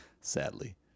sadly